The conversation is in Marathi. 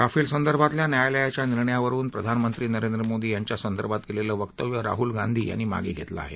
राफेल संदर्भातल्या न्यायालयाच्या निर्णयावरुन प्रधानमंत्री नरेंद्र मोदी यांच्या संदर्भात केलेलं वक्तव्य राहूल गांधी यांनी मागे घेतलं आहे